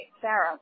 Sarah